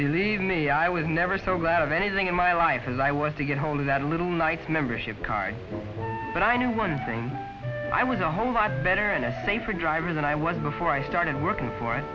to leave me i was never so glad of anything in my life as i was to get hold of that little nice membership card but i knew one thing i was a whole lot better and a safer driver than i was before i started working for